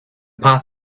path